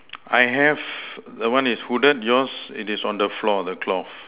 I have the one is hooded yours it is on the floor the cloth